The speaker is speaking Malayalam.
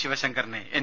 ശിവശങ്കറിനെ എൻ